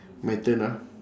my turn ah